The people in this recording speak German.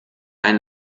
ein